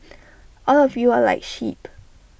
all of you are like sheep